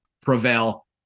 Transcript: prevail